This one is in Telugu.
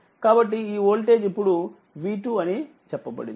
కాబట్టి ఈ వోల్టేజ్ ఇప్పుడు V2 అని చెప్పబడింది